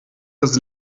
das